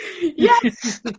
yes